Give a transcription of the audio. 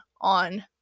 on